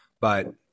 But-